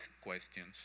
questions